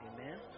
Amen